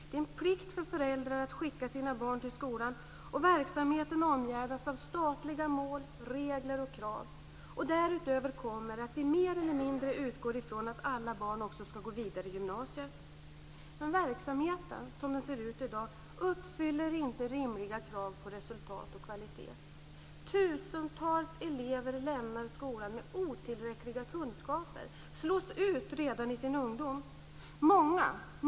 Det är en plikt för föräldrar att skicka sina barn till skolan, och verksamheten omgärdas av statliga mål, regler och krav. Därutöver kommer att vi mer eller mindre utgår från att alla barn också ska gå vidare i gymnasiet. Men verksamheten som den ser ut i dag uppfyller inte rimliga krav på resultat och kvalitet. Tusentals elever lämnar skolan med otillräckliga kunskaper, slås ut redan i sin ungdom.